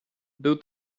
był